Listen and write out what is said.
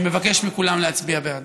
אני מבקש מכולם להצביע בעד.